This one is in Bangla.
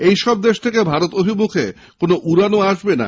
এইসব দেশ থেকে ভারত অভিমুখে কোন উড়ানও আসবে না